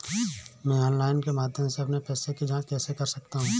मैं ऑनलाइन के माध्यम से अपने पैसे की जाँच कैसे कर सकता हूँ?